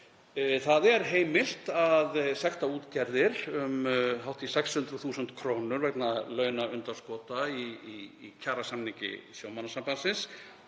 Það er heimilt að sekta útgerðir um hátt í 600.000 kr. vegna launaundanskota í kjarasamningi Sjómannasambandsins